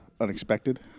unexpected